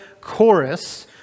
Chorus